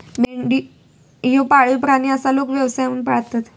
मेंढी ह्यो पाळीव प्राणी आसा, लोक व्यवसाय म्हणून पाळतत